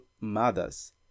mothers